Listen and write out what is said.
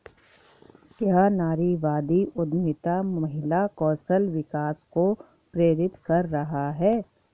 क्या नारीवादी उद्यमिता महिला कौशल विकास को प्रेरित कर रहा है?